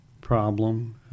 problem